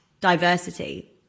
diversity